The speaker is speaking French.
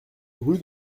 rue